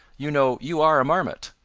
you know, you are a marmot,